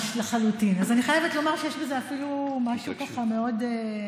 אז אני חייבת לומר שיש בזה אפילו משהו מאוד משמח.